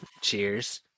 Cheers